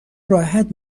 راحت